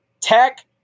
Tech